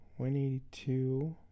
182